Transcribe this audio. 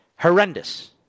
Horrendous